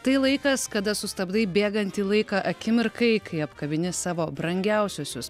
tai laikas kada sustabdai bėgantį laiką akimirkai kai apkabini savo brangiausiuosius